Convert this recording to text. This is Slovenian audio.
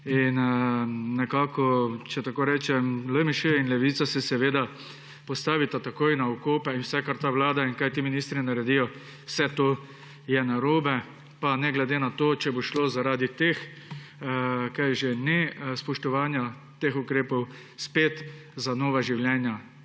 Nekako, če tako rečem, LMŠ in Levica se seveda postavita takoj na okope in vse, kar ta vlada in kaj ti ministri naredijo, vse to je narobe, pa ne glede na to, če bo šlo zaradi nespoštovanja teh ukrepov spet za nova življenja.